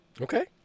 Okay